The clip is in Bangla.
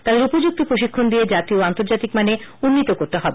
তাদের উপযুক্ত প্রশিক্ষণ দিয়ে জাতীয় ও আন্তর্জাতিক মানে উন্নীত করতে হবে